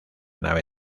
nave